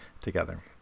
together